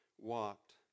walked